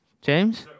James